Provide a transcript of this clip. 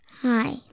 Hi